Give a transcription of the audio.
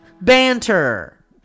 banter